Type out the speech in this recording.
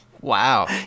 wow